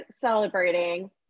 celebrating